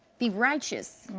be righteous.